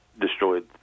destroyed